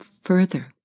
further